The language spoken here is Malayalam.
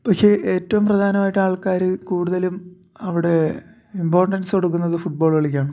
പക്ഷേ ഏറ്റവും പ്രധാനമായിട്ട് ആൾക്കാർ കൂടുതലും അവിടെ ഇംപോർട്ടൻസ് കൊടുക്കുന്നത് ഫുട്ബോള് കളിക്കാണ്